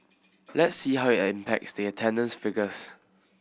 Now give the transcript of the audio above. let's see how it impacts the attendance figures